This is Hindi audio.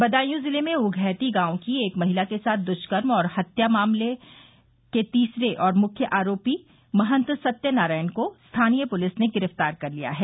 बदायूं जिले में उपैती गाँव की एक महिला के साथ दुष्कर्म और हत्या मामले के तीसरे और मुख्य आरोपी महंत सत्यनारायण को स्थानीय पुलिस ने गिरफ्तार कर लिया है